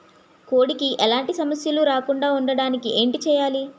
కోడి కి ఎలాంటి సమస్యలు రాకుండ ఉండడానికి ఏంటి చెయాలి?